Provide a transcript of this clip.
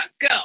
go